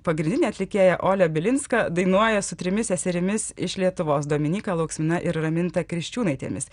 pagrindinė atlikėja olia bilinska dainuoja su trimis seserimis iš lietuvos dominyka lauksmina ir raminta kriščiūnaitėmis